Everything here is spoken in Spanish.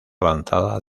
avanzada